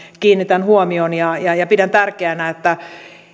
kiinnitän huomion pidän tärkeänä että